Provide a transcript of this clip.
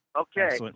Okay